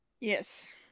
yes